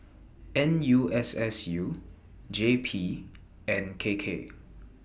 N U S S U J P and K K